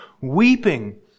weeping